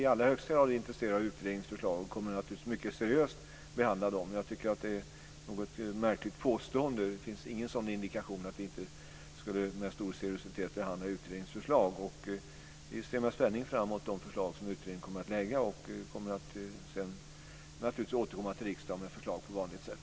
Vi är i allra högsta grad intresserade av utredningens förslag och kommer naturligtvis mycket seriöst att behandla dem. Jag tycker att det är ett något märkligt påstående. Det finns ingen indikation om att vi inte med stor seriositet skulle behandla utredningens förslag. Vi ser med spänning fram emot de förslag som utredningen kommer att lägga fram. Vi kommer naturligtvis sedan att återkomma till riksdagen med förslag på vanligt sätt.